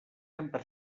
sempre